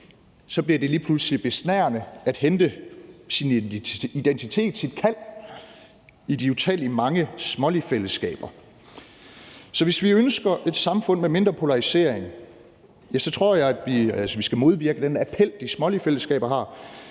så bliver det lige pludselig besnærende at hente sin identitet, sit kald i de utallige mange smålige fællesskaber. Så hvis vi ønsker et samfund med mindre polarisering, hvis vi skal modvirke den appel, de smålige fællesskaber har,